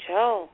Joe